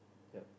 ya